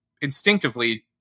instinctively